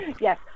Yes